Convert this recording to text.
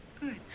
good